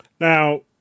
Now